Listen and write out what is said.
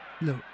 Look